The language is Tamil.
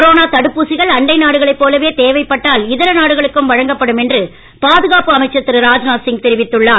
கொரோனா தடுப்பூசிகள் அண்டை நாடுகளை போலவே தேவைப் பட்டால் இதர நாடுகளுக்கும் வழங்கப்படும் என்று பாதுகாப்பு அமைச்சர் திரு ராஜ்நாத் சிங் தெரிவித்துள்ளார்